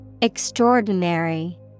Extraordinary